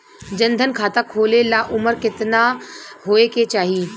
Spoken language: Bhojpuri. जन धन खाता खोले ला उमर केतना होए के चाही?